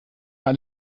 mehr